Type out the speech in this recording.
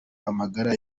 amagara